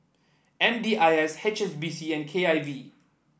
M D I S H S B C and K I V